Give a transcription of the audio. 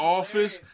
office